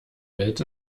welt